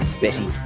Betty